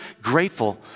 grateful